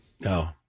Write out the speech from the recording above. No